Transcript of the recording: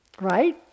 Right